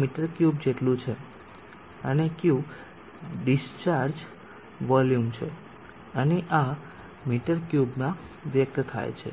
મી3 જેટલું છે અને Q ડીસ્ચાર્જ વોલ્યુમ છે અને આ મી3 માં વ્યક્ત થયેલ છે